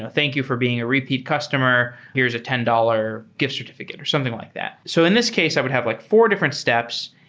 and thank you for being a repeat customer. here's a ten dollars gift certifi cate, or something like that so in this case, i would have like four different steps.